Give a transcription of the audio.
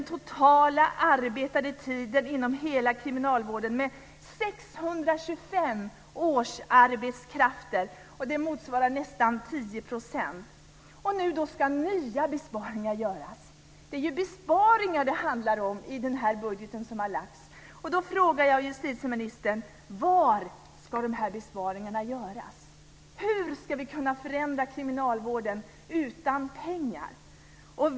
årsarbetskrafter. Det motsvarar nästan 10 %. Nu ska nya besparingar göras. Det är besparingar det handlar om i den budget som har lagts fram. Då frågar jag justitieministern: Var ska de besparingarna göras? Hur ska vi kunna förändra kriminalvården utan pengar?